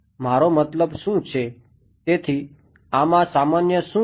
મારો મતલબ શું છે તેથી આમાં સામાન્ય શું છે